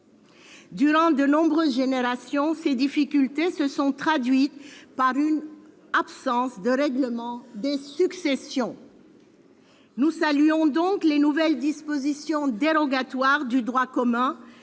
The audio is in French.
Durant de nombreuses générations, ces difficultés se sont traduites par une absence de règlement des successions. Nous saluons donc les nouvelles dispositions, dérogatoires au droit commun,